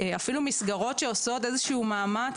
אפילו מסגרות שעושות איזה שהוא מאמץ